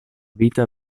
vita